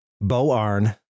Bo-Arn